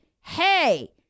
hey